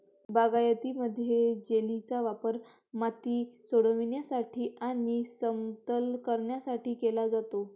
बागायतीमध्ये, जेलीचा वापर माती सोडविण्यासाठी आणि समतल करण्यासाठी केला जातो